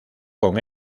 con